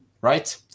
right